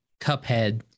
Cuphead